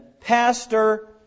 pastor